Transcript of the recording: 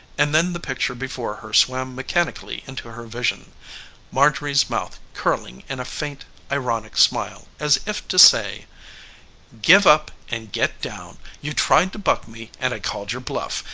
and then the picture before her swam mechanically into her vision marjorie's mouth curling in a faint ironic smile as if to say give up and get down! you tried to buck me and i called your bluff.